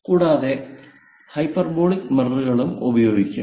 കൂടാതെ ഹൈപ്പർബോളിക് മിററുകളും ഉപയോഗിക്കും